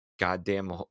goddamn